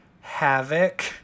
Havoc